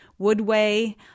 Woodway